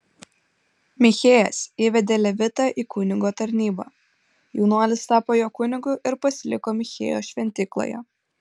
michėjas įvedė levitą į kunigo tarnybą jaunuolis tapo jo kunigu ir pasiliko michėjo šventykloje